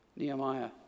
Nehemiah